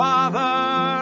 Father